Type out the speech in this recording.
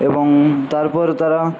এবং তারপর তারা